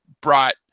brought